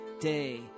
day